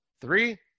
Three